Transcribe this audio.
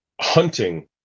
hunting